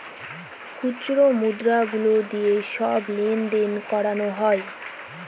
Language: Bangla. খুচরো মুদ্রা গুলো দিয়ে সব লেনদেন করানো হয়